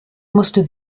musste